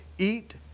Eat